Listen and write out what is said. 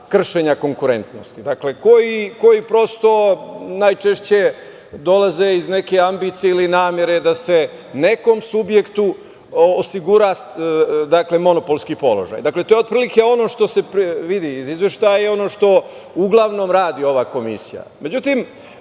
kršenja konkurentnosti, koji prosto najčešće dolaze iz neke ambicije ili namere da se nekom subjektu osigura monopolski položaj. To je otprilike ono što se vidi iz izveštaja i ono što uglavnom radi ova komisija.Međutim,